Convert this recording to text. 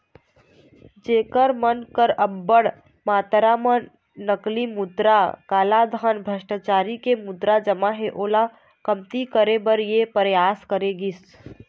जेखर मन कर अब्बड़ मातरा म नकली मुद्रा, कालाधन, भस्टाचारी के मुद्रा जमा हे ओला कमती करे बर ये परयास करे गिस